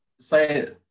say